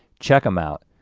check them out,